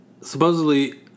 supposedly